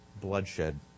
bloodshed